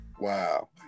Wow